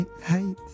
hey